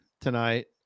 tonight